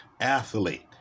athlete